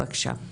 בבקשה מאיה.